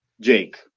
Jake